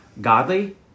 godly